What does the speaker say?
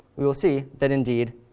we will see that, indeed,